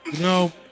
no